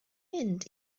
mynd